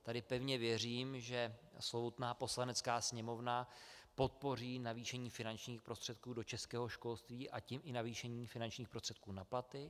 Tady pevně věřím, že slovutná Poslanecká sněmovna podpoří navýšení finančních prostředků do českého školství, a tím i navýšení finančních prostředků na platy.